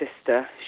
sister